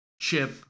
chip